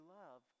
love